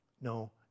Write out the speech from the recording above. No